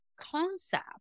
concept